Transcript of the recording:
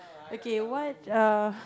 okay what's err